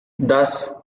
thus